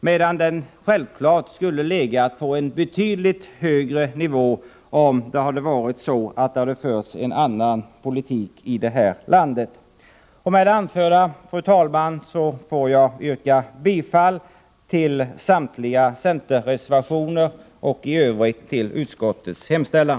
Men den skulle självfallet ha legat på en betydligt högre nivå om man hade fört en annan politik. Med det anförda, fru talman, ber jag att få yrka bifall till samtliga centerreservationer och i övrigt till utskottets hemställan.